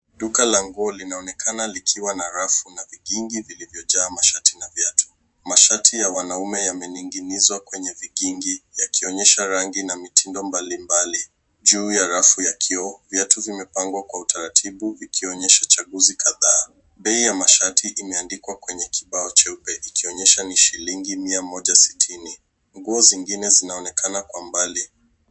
Duka la nguo linaonekana likiwa na rafu na vikingi vilivyojaa mashati na viatu. Mashati ya wanaume yamening'izwa kwenye vikingi yakionyesha rangi na mitindo mbalimbali. Juu ya rafu ya kioo, viatu vimepangwa kwa utaratibu ikionyesha uchaguzi kadhaa. Bei ya mashati imeandikwa kwenye kibao cheupe ikionyesha ni shilingi mia moja sitini. Nguo zingine zinaonekana kwa mbali.